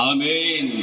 Amen